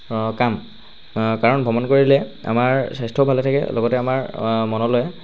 কাম কাৰণ ভ্ৰমণ কৰিলে আমাৰ স্বাস্থ্য ভালে থাকে লগতে আমাৰ মনলৈ